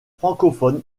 francophone